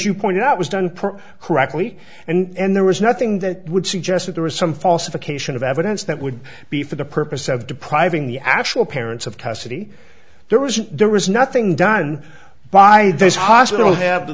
you point out was done per correctly and there was nothing that would suggest that there was some false occasion of evidence that would be for the purpose of depriving the actual parents of custody there was there was nothing done by this hospital have the